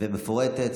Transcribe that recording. ומפורטת.